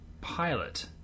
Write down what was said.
pilot